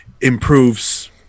improves